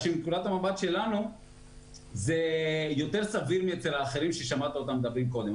מנקודת המבט שלנו זה יותר סביר מאשר אצל האחרים ששמעת אותם מדברים קודם,